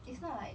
it's not like